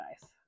guys